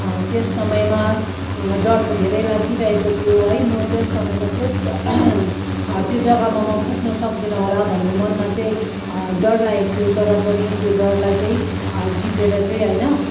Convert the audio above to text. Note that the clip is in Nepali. त्यस समयमा डर त धेरै लागिरहेको थियो है म त्यस समयमा त्यस त्यो जगामा म पुग्न सक्दिनँ होला भन्ने मनमा चाहिँ डर लागेको थियो तर पनि त्यो डरलाई चाहिँ जितेर चाहिँ होइन